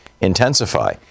intensify